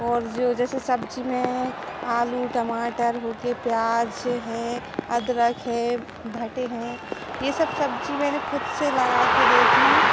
और जो जैसे सब्ज़ी में आलू टमाटर हो गए प्याज़ है अदरक हैं भटे हैं ये सब सब्ज़ी मैंने ख़ुद से लगाकर देखी हूँ